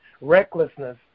Recklessness